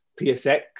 PSX